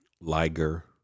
Liger